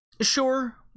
Sure